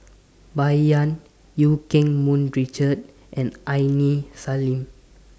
Bai Yan EU Keng Mun Richard and Aini Salim